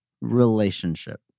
relationship